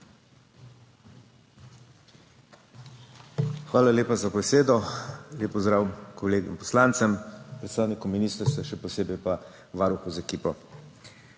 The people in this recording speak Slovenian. Hvala lepa za besedo. Lep pozdrav kolegom poslancem, predstavnikom ministrstva, še posebej pa varuhu z ekipo!